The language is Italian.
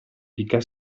dica